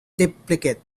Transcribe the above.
depleted